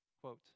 Quote